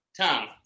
Tom